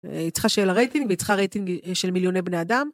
היא צריכה שיהיה לה רייטינג והיא צריכה רייטינג של מיליוני בני אדם.